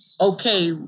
okay